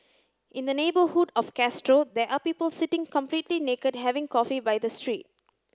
in the neighbourhood of Castro there are people sitting completely naked having coffee by the street